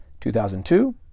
2002